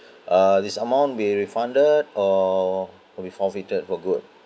uh this amount be refunded or will be forfeited for good